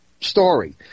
story